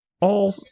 all-